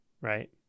right